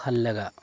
ꯈꯜꯂꯒ